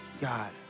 God